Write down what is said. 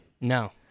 No